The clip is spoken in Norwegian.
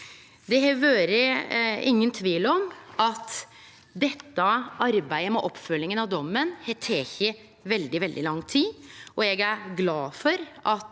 Det er ingen tvil om at dette arbeidet med oppfølginga av dommen har teke veldig, veldig lang tid. Eg er glad for at